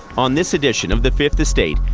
on this edition of the fifth estate,